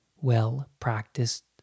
well-practiced